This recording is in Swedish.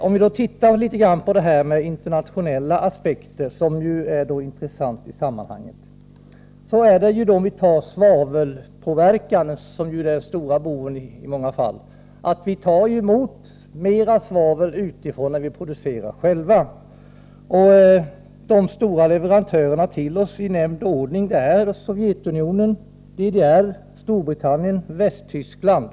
Om vi tittar på de internationella aspekterna, som ju är intressanta i sammanhanget, finner vi att svavelpåverkan är den stora boven i många fall. Vi tar emot mer svavel utifrån än vi producerar själva. De stora leverantörerna till oss är i nämnd ordning Sovjetunionen, DDR, Storbritannien och Västtyskland.